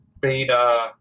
beta